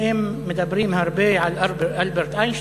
ואם מדברים הרבה על אלברט איינשטיין,